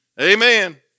Amen